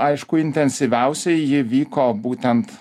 aišku intensyviausiai ji vyko būtent